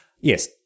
yes